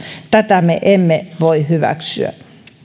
tätä me emme voi hyväksyä